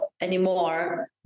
anymore